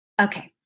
Okay